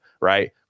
right